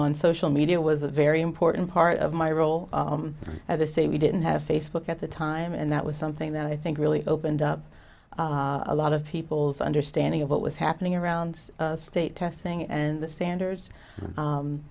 on social media was a very important part of my role at the say we didn't have facebook at the time and that was something that i think really opened up a lot of people's understanding of what was happening around state testing and standards